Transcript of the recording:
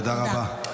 תודה רבה.